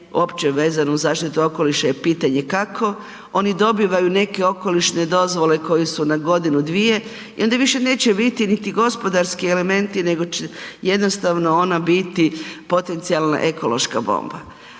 uopće vezana uz zaštitu okoliša je pitanje kako. Oni dobivaju neke okolišne dozvole koje su na godinu, dvije i onda više neće biti niti gospodarski elementi nego će jednostavno ona biti potencijalna ekološka bomba.